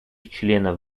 членов